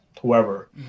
whoever